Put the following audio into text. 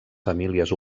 famílies